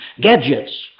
gadgets